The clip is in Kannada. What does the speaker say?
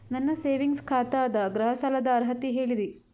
ನನ್ನ ಸೇವಿಂಗ್ಸ್ ಖಾತಾ ಅದ, ಗೃಹ ಸಾಲದ ಅರ್ಹತಿ ಹೇಳರಿ?